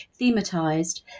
thematized